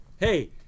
Hey